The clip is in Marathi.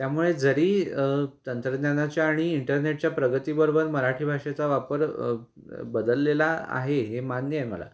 त्यामुळे जरी तंत्रज्ञानाच्या आणि इंटरनेटच्या प्रगतीबरोबर मराठी भाषेचा वापर बदललेला आहे हे मान्य आहे मला